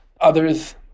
others